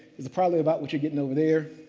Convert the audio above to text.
it's probably about what you're getting over there.